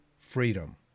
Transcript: Freedom